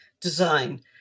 design